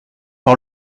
par